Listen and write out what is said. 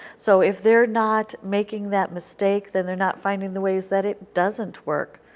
so if they are not making that mistake, then they are not finding the ways that it doesn't work.